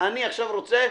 "אני עכשיו רוצה,